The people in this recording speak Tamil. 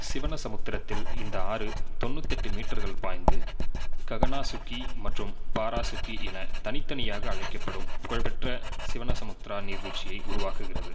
சிவனசமுத்திரத்தில் இந்த ஆறு தொண்ணூத்தெட்டு மீட்டர்கள் பாய்ந்து ககானா சுக்கி மற்றும் பாரா சுக்கி என தனித்தனியாக அழைக்கப்படும் புகழ்பெற்ற சிவனசமுத்ரா நீர்வீழ்ச்சியை உருவாக்குகிறது